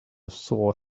sore